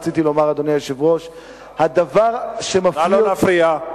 בזכות, נא לא להפריע.